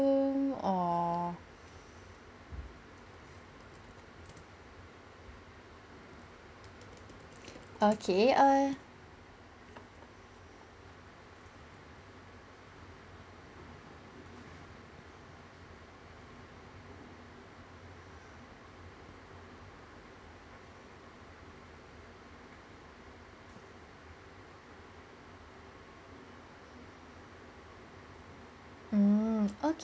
~om or okay err mm o~